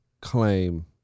claim